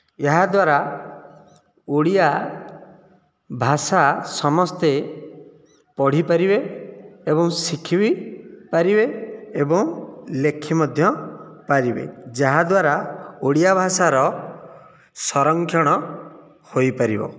ଏହାଦ୍ୱାରା ଓଡ଼ିଆ ଭାଷା ସମସ୍ତେ ପଢ଼ିପାରିବେ ଏବଂ ଶିଖି ବି ପାରିବେ ଏବଂ ଲେଖି ମଧ୍ୟ ପାରିବେ ଯାହାଦ୍ୱାରା ଓଡ଼ିଆ ଭାଷାର ସଂରକ୍ଷଣ ହୋଇପାରିବ